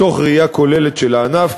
מתוך ראייה כוללת של הענף,